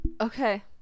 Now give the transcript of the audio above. Okay